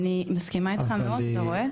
אני מסכימה איתך מאוד, אתה רואה.